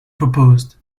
proposed